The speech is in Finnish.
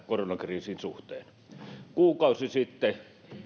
koronakriisin suhteen kuukausi sitten